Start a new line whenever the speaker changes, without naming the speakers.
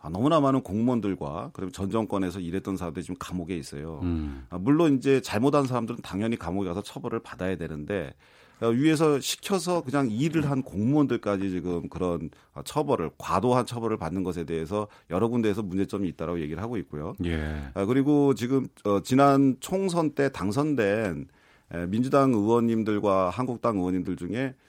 아, 너무나 많은 공무원들과 그리고 전 정권에서 일했던 사람들이 지금 감옥에 있어요.
음.
아, 물론 이제 잘못한 사람들은 당연히 감옥에 가서 처벌을 받아야 되는데, 어, 위에서 시켜서 그냥 일을 한 공무원들까지 지금 그런, 어, 처벌을, 과도한 처벌을 받는 것에 대해서 여러 군데에서 문제점이 있다라고 얘기를 하고 있고요.
예.
아, 그리고 지금, 어, 지난 총선 때 당선된, 에, 민주당 의원님들과 한국당 의원님들 중에